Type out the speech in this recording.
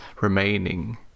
remaining